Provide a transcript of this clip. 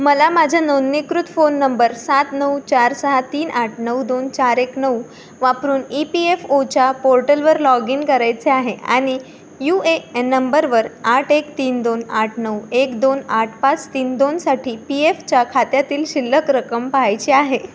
मला माझ्या नोंदणीकृत फोन नंबर सात नऊ चार सहा तीन आठ नऊ दोन चार एक नऊ वापरून ई पी एफ ओच्या पोर्टलवर लॉग इन करायचे आहे आणि यू ए एन नंबरवर आठ एक तीन दोन आठ नऊ एक दोन आठ पाच तीन दोनसाठी पी एफच्या खात्यातील शिल्लक रक्कम पहायची आहे